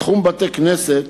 בתי-הכנסת